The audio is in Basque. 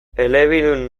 elebidun